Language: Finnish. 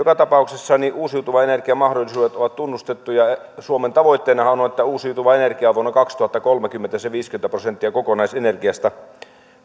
joka tapauksessa uusiutuvan energian mahdollisuudet ovat tunnustettuja ja suomen tavoitteenahan on on että uusiutuvaa energiaa on vuonna kaksituhattakolmekymmentä se viisikymmentä prosenttia kokonaisenergiasta